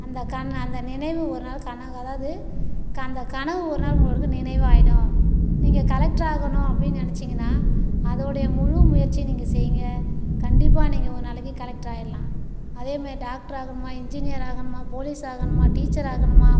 அந்தக் கண் அந்த நினைவு ஒரு நாள் கனவு அதாவது அந்த கனவு ஒருநாள் உங்களுக்கு நினைவு ஆய்டும் நீங்கள் கலெக்டர் ஆகணும் அப்படின்னு நினச்சீங்கனா அதோடைய முழு முயற்சி நீங்கள் செய்ங்க கண்டிப்பாக நீங்கள் ஒரு நாளைக்கு கலெக்டர் ஆயிரலாம் அதேமாரி டாக்ட்ரு ஆகுமா இன்ஜினியர் ஆகணுமா போலீஸ் ஆகணுமா டீச்சர் ஆகணுமா